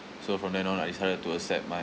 so from then on I decided to accept my